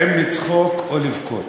האם לצחוק או לבכות.